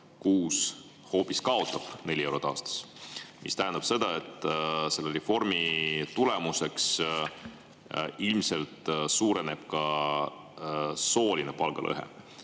kuus, hoopis kaotab 4 eurot aastas, mis tähendab seda, et selle reformi tulemusena ilmselt suureneb sooline palgalõhe.